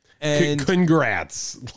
Congrats